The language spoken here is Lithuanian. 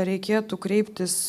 reikėtų kreiptis